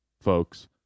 folks